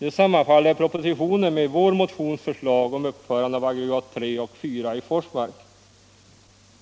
Nu sammanfaller propositionen med vår motions förslag om uppförande av aggregat III och IV i Forsmark.